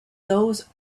those